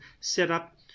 setup